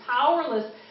powerless